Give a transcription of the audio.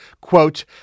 quote